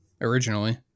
originally